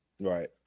right